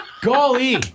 golly